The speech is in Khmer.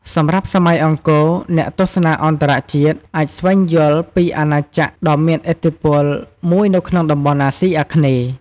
សម្រាប់សម័យអង្គរ អ្នកទស្សនាអន្តរជាតិអាចស្វែងយល់ពីអាណាចក្រដ៏មានឥទ្ធិពលមួយនៅក្នុងតំបន់អាស៊ីអាគ្នេយ៍។